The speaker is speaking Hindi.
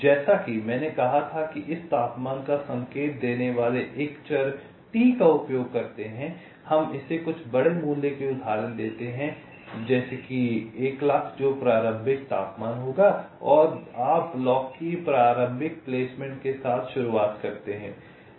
जैसा कि मैंने कहा था कि हम तापमान का संकेत देने वाले एक चर T का उपयोग करते हैं हम इसे कुछ बड़े मूल्य के उदाहरण देते हैं जैसे मैंने कहा कि 100000 जो प्रारंभिक तापमान होगा और आप ब्लॉक की एक प्रारंभिक प्लेसमेंट के साथ शुरू करते हैं